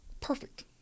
perfect